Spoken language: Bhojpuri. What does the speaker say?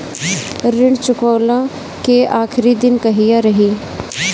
ऋण चुकव्ला के आखिरी दिन कहिया रही?